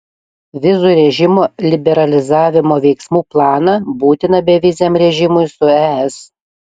vizų režimo liberalizavimo veiksmų planą būtiną beviziam režimui su es